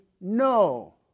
no